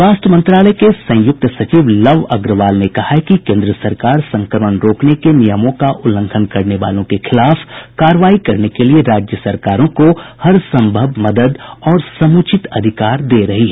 स्वास्थ्य मंत्रालय के संयुक्त सचिव लव अग्रवाल ने कहा है कि केन्द्र सरकार संक्रमण रोकने के नियमों का उल्लंघन करने वालों के खिलाफ कार्रवाई करने के लिए राज्य सरकारों को हर संभव मदद और समुचित अधिकार दे रही हैं